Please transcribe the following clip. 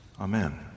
amen